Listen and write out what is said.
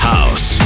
House